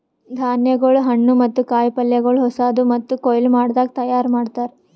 ಧಾನ್ಯಗೊಳ್, ಹಣ್ಣು ಮತ್ತ ಕಾಯಿ ಪಲ್ಯಗೊಳ್ ಹೊಸಾದು ಮತ್ತ ಕೊಯ್ಲು ಮಾಡದಾಗ್ ತೈಯಾರ್ ಮಾಡ್ತಾರ್